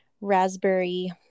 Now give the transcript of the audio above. raspberry